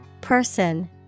Person